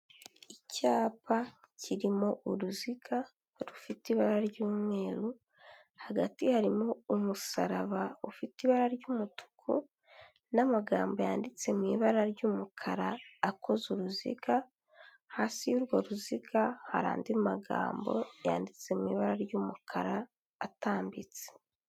Icyapa kirimo uruziga rufite ibara ry'umweru hagati harimo umusaraba ufite ibara ry'umutuku n'amagambo yanditse mu ibara ry'umukara akoze uruziga, hasi y'urwo ruziga hari andi magambo yanditse mu ibara ry'umukara atambitse.